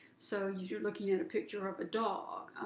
so you're looking at a picture of a dog.